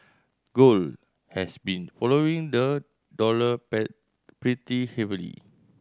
gold has been following the dollar pretty heavily